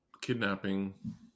kidnapping